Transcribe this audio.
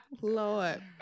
Lord